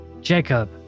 Jacob